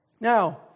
Now